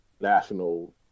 national